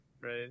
right